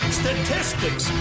statistics